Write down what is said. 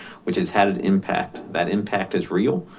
which has had an impact. that impact is real.